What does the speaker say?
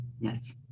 Yes